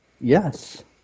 Yes